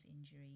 injury